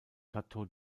château